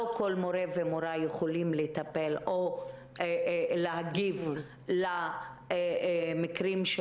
לא כל מורה ומורה יכולים לטפל או להגיב למקרים של